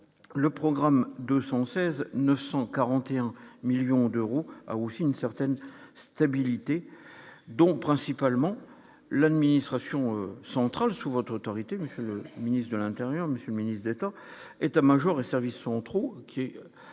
le programme de son 16 941 millions d'euros, a aussi une certaine stabilité donc principalement l'administration centrale, sous votre autorité, le ministre de l'Intérieur, monsieur le ministre d'État État-Major et services sont trop qui est-ce